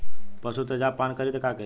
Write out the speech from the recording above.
पशु तेजाब पान करी त का करी?